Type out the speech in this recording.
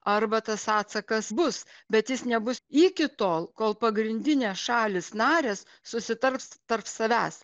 arba tas atsakas bus bet jis nebus iki tol kol pagrindinės šalys narės susitars tarp savęs